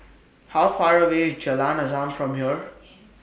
How Far away IS Jalan Azam from here